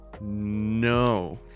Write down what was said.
no